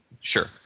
Sure